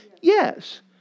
Yes